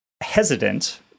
hesitant